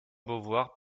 beauvoir